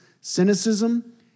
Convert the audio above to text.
cynicism